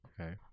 Okay